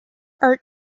art